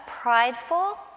prideful